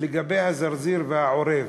לגבי הזרזיר והעורב.